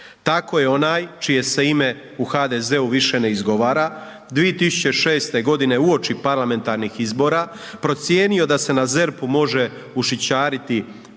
Tako je onaj čije se ime u HDZ-u više ne izgovara 2006. godine uoči parlamentarnih izbora procijenio da se na ZERP-u može ušićariti